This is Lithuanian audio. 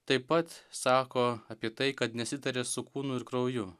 taip pat sako apie tai kad nesitaria su kūnu ir krauju